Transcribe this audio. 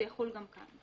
זה יחול גם כאן.